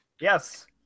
Yes